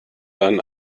dann